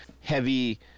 heavy